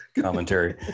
commentary